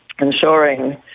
ensuring